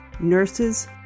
Nurses